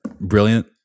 brilliant